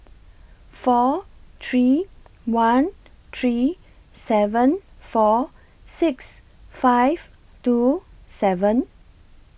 four three one three seven four six five two seven